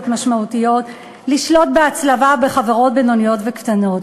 משמעותיות לשלוט בהצלבה בחברות בינוניות וקטנות.